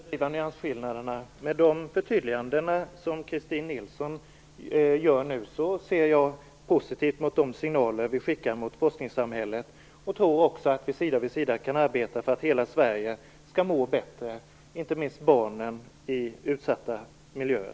Fru talman! Inte vill jag överdriva nyansskillnaderna. Med de förtydliganden som Christin Nilsson gjorde nu ser jag positivt på de signaler som vi skickar mot forskningssamhället. Jag tror också att vi sida vid sida kan arbeta för att hela Sverige skall må bättre, inte minst barnen i utsatta miljöer.